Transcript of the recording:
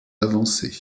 avancé